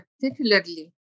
particularly